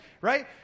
Right